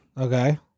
Okay